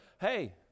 Hey